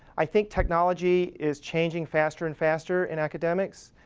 i think technology is changing faster and faster in academics.